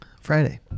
friday